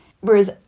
whereas